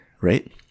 right